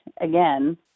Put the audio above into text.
again